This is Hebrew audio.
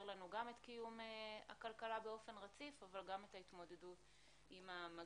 לנו גם את קיום הכלכלה באופן רציף אבל גם את ההתמודדות עם המגיפה.